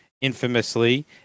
infamously